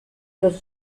los